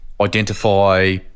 identify